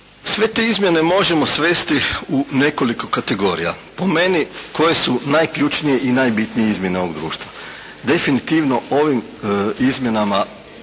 Sve te izmjene možemo svesti u nekoliko kategorija, po meni koje su najključnije i najbitnije izmjene ovog društva. Definitivno ovim Izmjenama